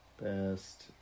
Best